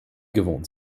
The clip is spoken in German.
gewohnt